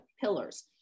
pillars